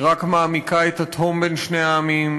היא רק מעמיקה את התהום בין שני העמים,